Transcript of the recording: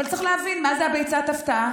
אבל צריך להבין מה זה ביצת ההפתעה.